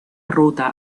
ruta